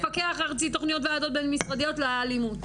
מפקח ארצי (תוכניות וועדות בין-משרדיות לאלימות במשפחה).